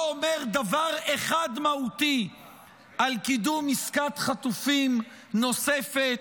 לא אומר דבר אחד מהותי על קידום עסקת חטופים נוספת,